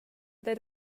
that